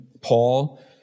Paul